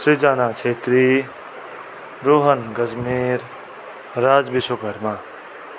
Srijana Kshetri Rohan Gajmer Raj Vishwakarma